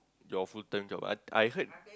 your full time job I I heard